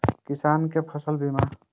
किसान कै फसल बीमा?